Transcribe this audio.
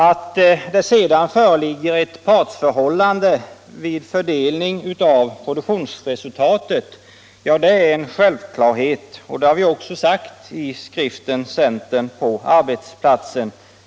Att det föreligger ett partsförhållande vid fördelning av produktionsresultat är en självklarhet, och det har vi också framhållit i skriften Centern på arbetsplatsen.